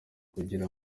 kugira